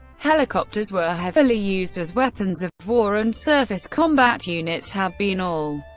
helicopters were heavily used as weapons of war and surface combat units have been all,